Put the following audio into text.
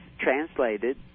translated